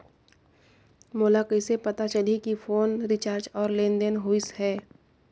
मोला कइसे पता चलही की फोन रिचार्ज और लेनदेन होइस हे?